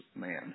man